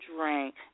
drink